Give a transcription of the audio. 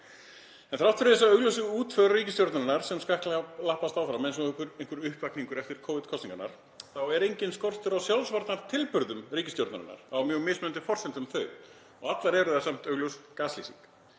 En þrátt fyrir þessa augljósu útför ríkisstjórnarinnar sem skakklappast áfram eins og einhver uppvakningur eftir Covid-kosningarnar, þá er enginn skortur á sjálfsvarnartilburðum ríkisstjórnarinnar á mjög mismunandi forsendum þó og allar eru þær augljós gaslýsing;